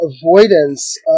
avoidance